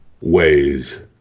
ways